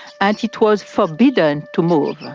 and it was forbidden to move.